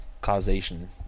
causation